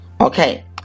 okay